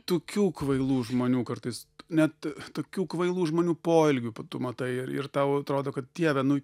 tokių kvailų žmonių kartais net tokių kvailų žmonių poelgių tu matai ir ir tau atrodo kad dieve nu